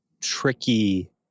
tricky